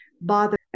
bother